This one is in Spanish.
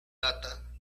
data